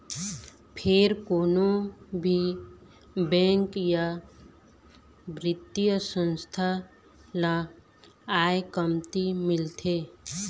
फेर कोनो भी बेंक या बित्तीय संस्था ल आय कमती मिलथे